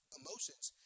emotions